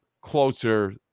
closer